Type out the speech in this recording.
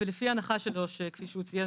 ולפי ההנחה שלו שכפי שהוא ציין,